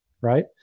right